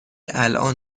الان